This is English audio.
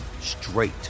straight